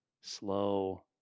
slow